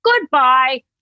goodbye